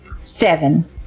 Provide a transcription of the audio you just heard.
Seven